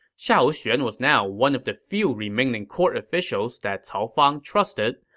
xiahou xuan was now one of the few remaining court officials that cao fang trusted,